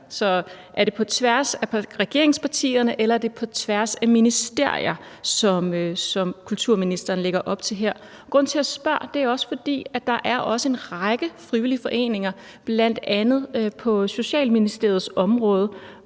så er det på tværs af regeringspartierne, eller er det på tværs af ministerier, som kulturministeren lægger op til her? Grunden til, at jeg spørger, er også, at der er en række frivillige foreninger, bl.a. på Socialministeriets område,